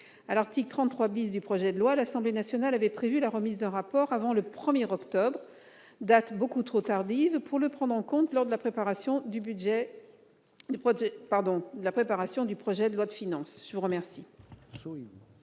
À l'article 33 du projet de loi, l'Assemblée nationale avait prévu la remise d'un rapport avant le 1 octobre, date beaucoup trop tardive pour le prendre en compte lors de la préparation du projet de loi de finances. Les amendements